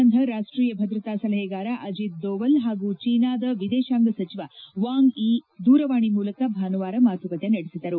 Bharat China ಗದಿ ಸಂಬಂಧ ರಾಷ್ವೀಯ ಭದ್ರತಾ ಸಲಹೆಗಾರ ಅಜಿತ್ ದೋವಲ್ ಹಾಗೂ ಚೀನಾದ ವಿದೇಶಾಂಗ ಸಚಿವ ವಾಂಗ್ ಯಿ ದೂರವಾಣಿ ಮೂಲಕ ಭಾನುವಾರ ಮಾತುಕತೆ ನಡೆಸಿದರು